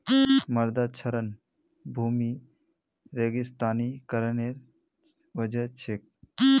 मृदा क्षरण भूमि रेगिस्तानीकरनेर वजह छेक